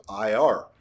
IR